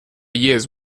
years